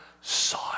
saw